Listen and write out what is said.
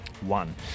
One